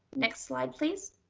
next slide, please.